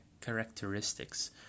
characteristics